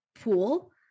pool